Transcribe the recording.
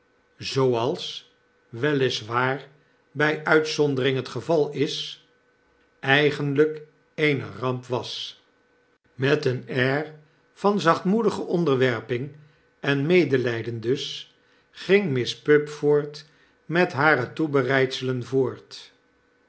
zooais wel is waar by uitzondering het geval is eigenlijk eene ramp was met een air van zachtmoedige onderwerping en medelyden dus ging miss pupford met hare toebereidselen voort